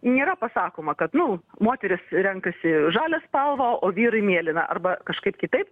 nėra pasakoma kad nu moterys renkasi žalią spalvą o vyrai mėlyną arba kažkaip kitaip